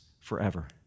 forever